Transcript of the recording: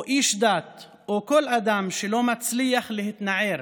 איש דת או כל אדם שלא מצליח להתנער